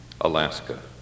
Alaska